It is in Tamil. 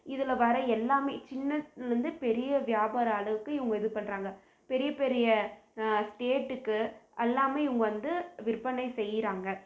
இதில் வர எல்லாமே சின்ன லந்து பெரிய வியாபாரம் அளவுக்கு இவங்க இது பண்றாங்க பெரிய பெரிய ஸ்டேட்டுக்கு எல்லாமே இவங்க வந்து விற்பனை செய்கிறாங்க